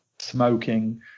smoking